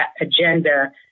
agenda